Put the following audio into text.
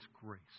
grace